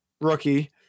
rookie